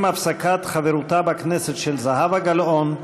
עם הפסקת חברותה בכנסת של זהבה גלאון,